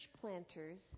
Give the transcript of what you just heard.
planters